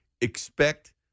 Expect